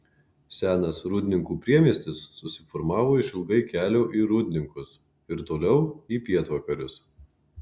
senas rūdninkų priemiestis susiformavo išilgai kelio į rūdninkus ir toliau į pietvakarius